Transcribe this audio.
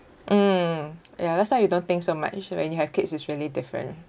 mm ya last time you don't think so much when you have kids it's really different